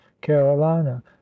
carolina